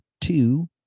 two